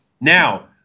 Now